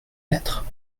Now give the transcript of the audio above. lettre